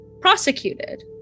prosecuted